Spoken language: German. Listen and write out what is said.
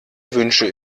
wünsche